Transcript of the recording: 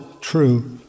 true